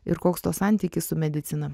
ir koks to santykis su medicina